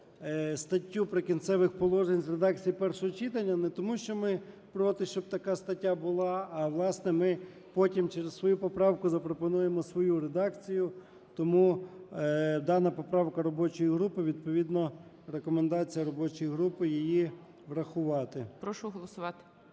статтю "Прикінцевих положень" з редакції першого читання не тому, що ми проти, щоб така стаття була, а власне, ми потім через свою поправку запропонуємо свою редакцію. Тому дана поправка робочої групи, відповідно, рекомендація робочої групи її врахувати.